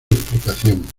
explicación